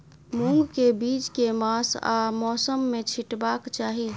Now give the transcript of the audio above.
मूंग केँ बीज केँ मास आ मौसम मे छिटबाक चाहि?